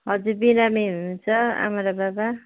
हजुर बिरामी हुनुहुन्छ आमा र बाबा